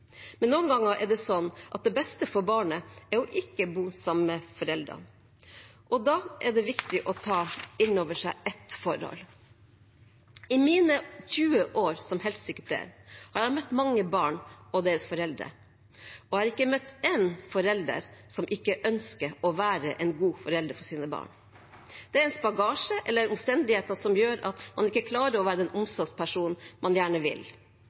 Men noen ganger er det beste for barnet å ikke bo sammen med foreldrene. Da er det viktig å ta inn over seg ett forhold. I mine 20 år som helsesykepleier har jeg møtt mange barn og deres foreldre. Jeg har ikke møtt én forelder som ikke ønsket å være en god forelder for sitt barn. Det er deres bagasje, eller omstendigheter, som gjør at man ikke klarer å være den omsorgspersonen man gjerne vil.